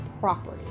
property